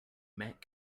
met